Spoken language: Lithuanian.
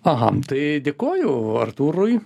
aha tai dėkoju artūrui